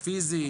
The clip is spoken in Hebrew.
פיזית,